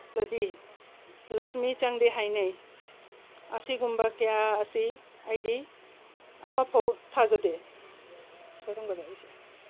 ꯂꯗꯤ ꯂꯛꯁꯃꯤ ꯆꯪꯗꯦ ꯍꯥꯏꯅꯩ ꯑꯁꯤꯒꯨꯝꯕ ꯀꯌꯥ ꯑꯁꯤ ꯑꯩꯗꯤ ꯑꯝꯃꯐꯥꯎ ꯊꯥꯖꯗꯦ